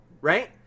right